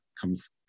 comes